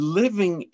living